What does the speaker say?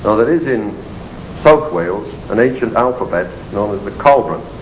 now there is in south wales an ancient alphabet known as the coelbren